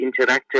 interactive